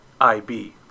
IB